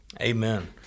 Amen